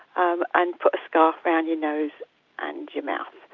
um and put a scarf round your nose and your mouth.